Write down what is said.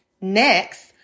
Next